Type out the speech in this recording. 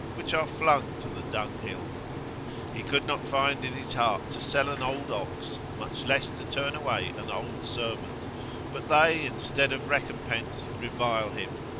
which are flung to the dunghill he could not find in his heart to sell an old ox, much less to turn away an old servant but they instead of recompense, revile him,